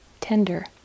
tender